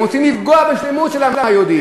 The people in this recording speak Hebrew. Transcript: הם רוצים לפגוע בשלמות העם היהודי.